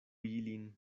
ilin